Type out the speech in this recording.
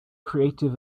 creative